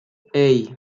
hey